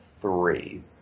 three